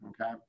okay